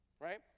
Right